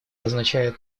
означает